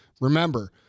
Remember